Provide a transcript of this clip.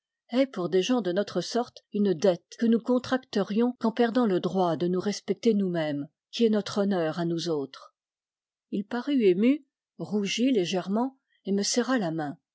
est pour des gens de notre sorte une dette que nous ne contracterions qu'en perdant le droit de nous respecter nous-mêmes qui est notre honneur à nous autres il parut ému rougit légèrement et me serra la main